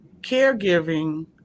Caregiving